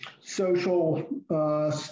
social